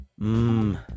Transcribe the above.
Mmm